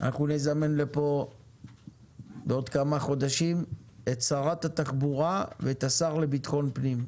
אנחנו נזמן לפה בעוד כמה חודשים את שרת התחבורה ואת השר לביטחון פנים,